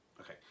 Okay